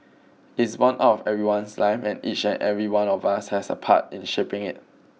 it is borne out of everyone's life and each and every one of us has a part in shaping it